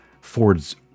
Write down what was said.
Ford's